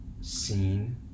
seen